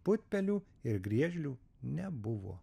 putpelių ir griežlių nebuvo